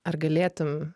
ar galėtum